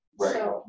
Right